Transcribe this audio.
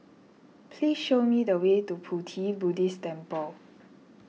please show me the way to Pu Ti Buddhist Temple